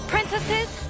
Princesses